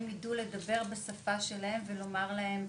הם ידעו לדבר בשפה שלהם ולומר להם,